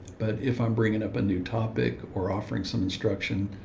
but if i'm bringing up a new topic or offering some instruction,